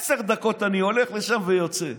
עשר דקות אני הולך לשם ויוצא.